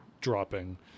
dropping